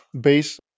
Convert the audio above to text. Base